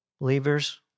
Believers